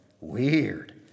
Weird